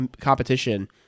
competition